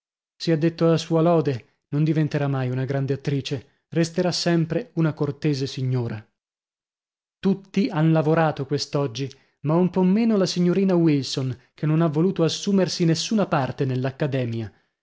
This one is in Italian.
sia detto a sua lode non diventerà mai una grande attrice resterà sempre una cortese signora tutti han lavorato quest'oggi ma un po meno la signorina wilson che non ha voluto assumersi nessuna parte